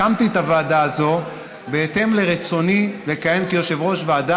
הקמתי את הוועדה הזאת בהתאם לרצוני לכהן כיושב-ראש ועדה